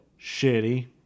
Shitty